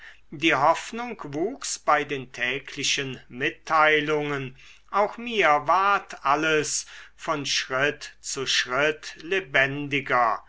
die hoffnung wuchs bei den täglichen mitteilungen auch mir ward alles von schritt zu schritt lebendiger